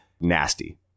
nasty